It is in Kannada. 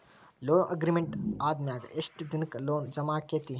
ಲೊನ್ ಅಗ್ರಿಮೆಂಟ್ ಆದಮ್ಯಾಗ ಯೆಷ್ಟ್ ದಿನಕ್ಕ ಲೊನ್ ಜಮಾ ಆಕ್ಕೇತಿ?